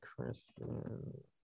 Christian